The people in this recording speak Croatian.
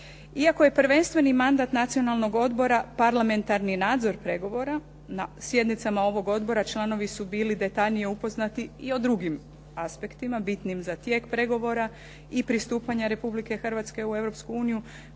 Iako je prvenstveni mandat Nacionalnog odbora parlamentarni nadzor pregovora na sjednicama ovog odbora članovi su bili detaljnije upoznati i o drugim aspektima bitnijim za tijek pregovora i pristupanja Republike Hrvatske u